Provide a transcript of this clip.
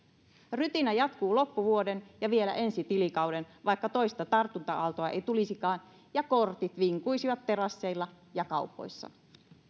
rytinä jatkuu loppuvuoden ja vielä ensi tilikauden vaikka toista tartunta aaltoa ei tulisikaan ja kortit vinkuisivat terasseilla ja kaupoissa